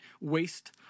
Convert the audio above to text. waste